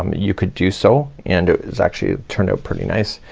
um you could do so and it was actually turned out pretty nice.